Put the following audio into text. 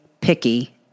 picky